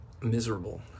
miserable